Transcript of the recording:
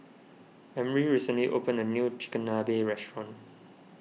Emry recently opened a new Chigenabe restaurant